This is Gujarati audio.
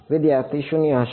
વિદ્યાર્થી 0 હશે